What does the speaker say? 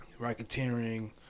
Racketeering